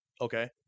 okay